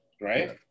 right